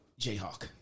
Jayhawk